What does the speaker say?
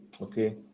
Okay